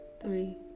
three